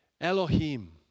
Elohim